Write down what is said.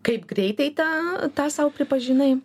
kaip greitai tą tą sau pripažinai